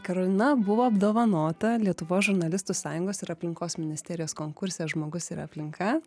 karolina buvo apdovanota lietuvos žurnalistų sąjungos ir aplinkos ministerijos konkurse žmogus ir aplinka